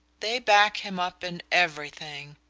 they back him up in everything.